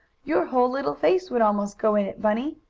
your whole little face would almost go in it, bunny.